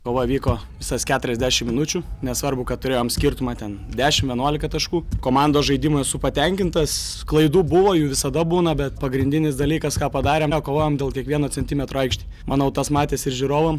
kova vyko visas keturiasdešimt minučių nesvarbu kad turėjome skirtumą ten dešimt vienuolika taškų komandos žaidimu esu patenkintas klaidų buvo jų visada būna bet pagrindinis dalykas ką padarėm kovojam dėl kiekvieno centimetro aikštėj manau tas matėsi ir žiūrovam